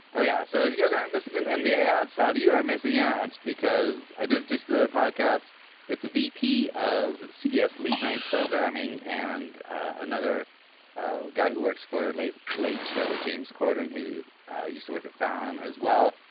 oh yeah. so if you guys aren't listening then we adds fat you are missing out because i did just the podcast with the v p. of cbs late night programming and another guy who works for a late late show with james corden who used to work at fallon as well.